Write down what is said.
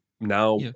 now